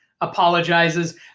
apologizes